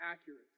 accurate